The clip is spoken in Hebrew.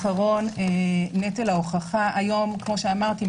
נטל ההוכחה כמו שאמרתי,